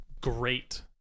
great